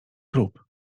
trup